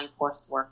coursework